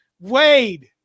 Wade